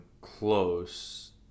close